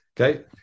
Okay